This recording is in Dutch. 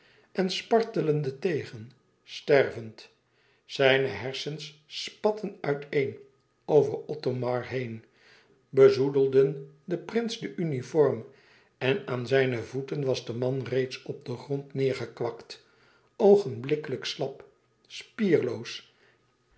en spartelde tegen stervend zijne hersens spatteden uiteen over othomar heen bezoedelden den prins den uniform en aan zijne voeten was de man reeds op den grond neêrgekwakt oogenblikkelijk slap spierloos